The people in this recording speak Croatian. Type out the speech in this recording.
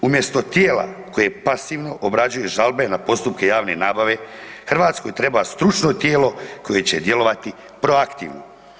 Umjesto tijela koje pasivno obrađuje žalbe na postupke javne nabave Hrvatskoj treba stručno tijelo koje će djelovati proaktivno.